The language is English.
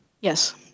Yes